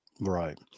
right